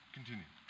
Continue